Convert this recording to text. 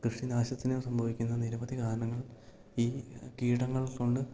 കൃഷി നാശത്തിനും സംഭവിക്കുന്ന നിരവധി കാരണങ്ങൾ ഈ കീടങ്ങൾ കൊണ്ട്